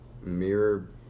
mirror